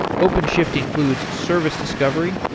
openshift includes service discovery,